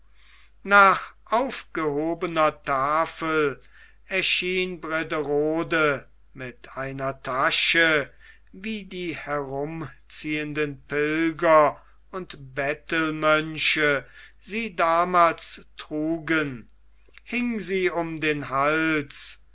nach aufgehobener tafel erschien brederode mit einer tasche wie die herumziehenden pilger und bettelmönche sie damals trugen hing sie um den hals